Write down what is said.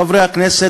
חברי הכנסת,